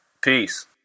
Peace